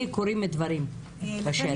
קורים דברים בשטח.